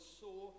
saw